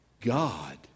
God